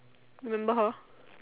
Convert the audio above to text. remember her